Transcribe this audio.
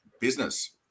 business